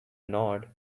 nod